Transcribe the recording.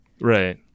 Right